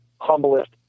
humblest